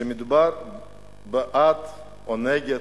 שמדובר בעד או נגד,